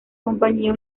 compañía